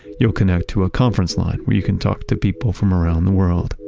you'll connect to a conference line where you can talk to people from around the world.